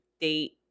date